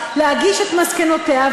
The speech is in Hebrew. להגיש את מסקנותיה,